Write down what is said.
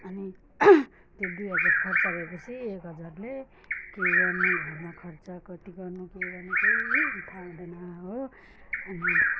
अनि त्यो दुई हजार खर्च भएपछि एक हजारले के गर्नु घरमा खर्च कति गर्नु के गर्नु केही थाहा हुँदैन हो अनि